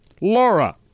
Laura